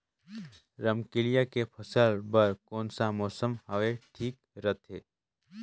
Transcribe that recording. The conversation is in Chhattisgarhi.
रमकेलिया के फसल बार कोन सा मौसम हवे ठीक रथे?